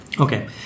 Okay